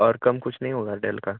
और कम कुछ नहीं होगा डैल का